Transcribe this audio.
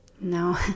no